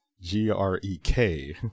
g-r-e-k